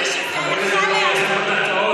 הבנתי שזה היה יכול להיעשות אתמול.